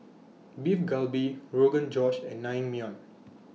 Beef Galbi Rogan Josh and Naengmyeon